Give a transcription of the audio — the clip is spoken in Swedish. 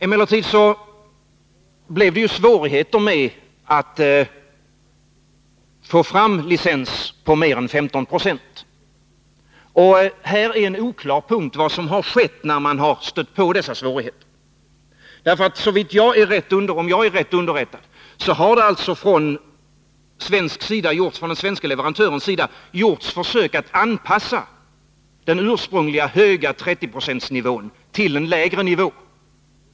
Emellertid blev det svårigheter med att få fram licens för mer än 15 90. Det är oklart vad som hände, när man stötte på dessa svårigheter. Om jag är rätt underrättad, har från den svenske leverantörens sida gjorts försök att anpassa den ursprungliga höga 30-procentsnivån till en lägre nivå.